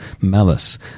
malice